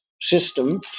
system